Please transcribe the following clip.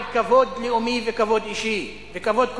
כבוד לאומי וכבוד אישי וכבוד קולקטיבי,